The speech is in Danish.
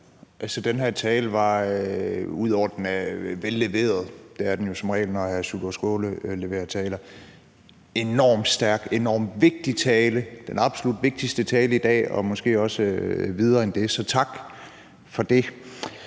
rosen. Den her tale var – ud over at den var velleveret, og det er den jo som regel, når hr. Sjúrður Skaale holder taler – en enormt stærk og enormt vigtig tale; den absolut vigtigste tale i dag og måske også videre end det, så tak for det.